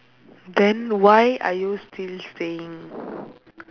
then why are you still staying